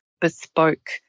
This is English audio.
bespoke